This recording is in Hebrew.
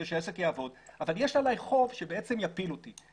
שהעסק יעבוד אבל יש עלי חוב שבעצם יפיל אותי.